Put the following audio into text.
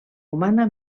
humana